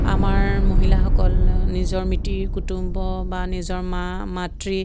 আমাৰ মহিলাসকল নিজৰ মিতিৰ কুটুম বা নিজৰ মা মাতৃ